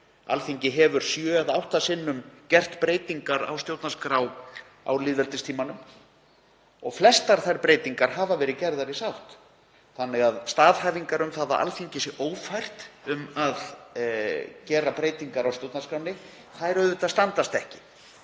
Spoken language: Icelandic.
Alþingi hefur sjö eða átta sinnum gert breytingar á stjórnarskrá á lýðveldistímanum og flestar þær breytingar hafa verið gerðar í sátt. Staðhæfingar um að Alþingi sé ófært um að gera breytingar á stjórnarskránni standast ekki.